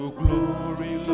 glory